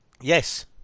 yes